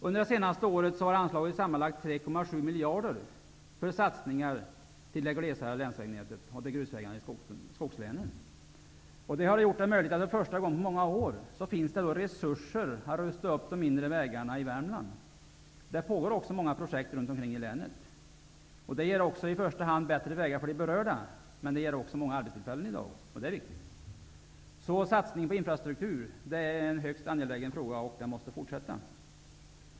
Under det senaste året har det anslagits sammanlagt 3,7 miljarder för satsningar på länsvägnätet i glesbygden och på grusvägarna i skogslänen. Detta har gjort att det för första gången på många år finns resurser för att rusta upp de mindre vägarna i Värmland. Det pågår också många projekt runt omkring i länet, vilka i första hand medför bättre vägar för de berörda. De ger också många arbetstillfällen, och det är viktigt. Så satsningen på infrastruktur är högst angelägen, och den måste fortsätta.